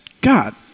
god